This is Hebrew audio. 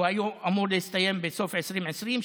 הוא היה אמור להסתיים בסוף 2020,